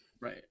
Right